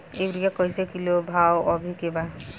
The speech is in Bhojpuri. यूरिया कइसे किलो बा भाव अभी के?